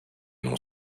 non